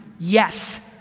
yes,